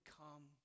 come